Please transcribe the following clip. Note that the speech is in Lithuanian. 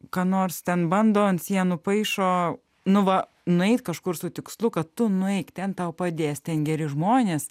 ką nors ten bando ant sienų paišo nu va nueit kažkur su tikslu kad tu nueik ten tau padės ten geri žmonės